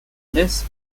les